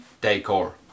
decor